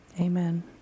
Amen